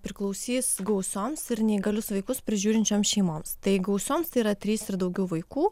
priklausys gausioms ir neįgalius vaikus prižiūrinčioms šeimoms tai gausioms yra trys ir daugiau vaikų